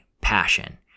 passion